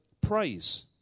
praise